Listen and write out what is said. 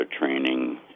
training